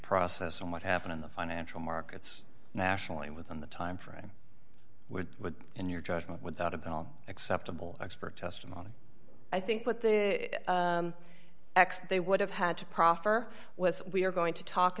process and what happened in the financial markets nationally within the timeframe but in your judgment without a bill acceptable expert testimony i think what the x they would have had to proffer was we're going to talk